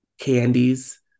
Candies